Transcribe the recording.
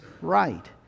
right